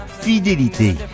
fidélité